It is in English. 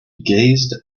gazed